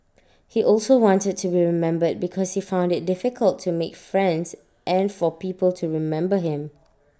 he also wanted to be remembered because he found IT difficult to make friends and for people to remember him